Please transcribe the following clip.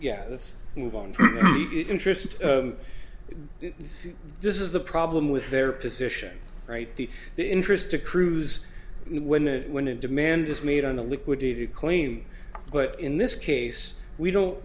yeah let's move on interest this is the problem with their position right the interest to cruise when it when a demand is made on the liquidated claim but in this case we don't